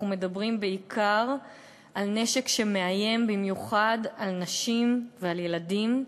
מדברים בעיקר על נשק שמאיים במיוחד על נשים ועל ילדים,